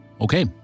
Okay